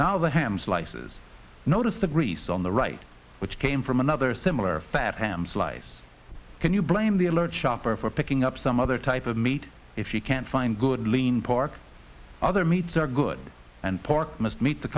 now the ham slices notice the grease on the right which came from another similar fat hand slice can you blame the alert shopper for picking up some other type of meat if you can't find good lean pork other meats are good and pork must meet the